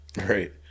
Right